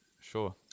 Sure